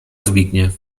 zbigniew